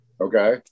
Okay